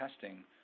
testing